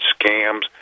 scams